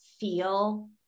feel